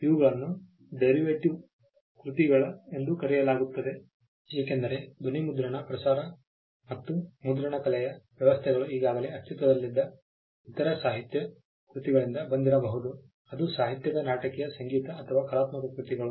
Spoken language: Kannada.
ಇವುಗಳನ್ನು ಡೇರಿವೇಟಿವ ಕೃತಿಗಳು ಎಂದು ಕರೆಯಲಾಗುತ್ತದೆ ಏಕೆಂದರೆ ಧ್ವನಿ ಮುದ್ರಣ ಪ್ರಸಾರ ಮತ್ತು ಮುದ್ರಣಕಲೆಯ ವ್ಯವಸ್ಥೆಗಳು ಈಗಾಗಲೇ ಅಸ್ತಿತ್ವದಲ್ಲಿದ್ದ ಇತರ ಸಾಹಿತ್ಯ ಕೃತಿಗಳಿಂದ ಬಂದಿರಬಹುದು ಅದು ಸಾಹಿತ್ಯಿಕ ನಾಟಕೀಯ ಸಂಗೀತ ಅಥವಾ ಕಲಾತ್ಮಕ ಕೃತಿಗಳು